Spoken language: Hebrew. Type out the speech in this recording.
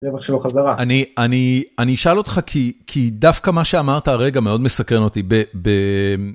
אני... אני... אני אשאל אותך כי... כי דווקא מה שאמרת הרגע מאוד מסקרן אותי. ב... ב...